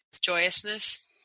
joyousness